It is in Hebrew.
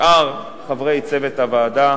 שאר חברי צוות הוועדה,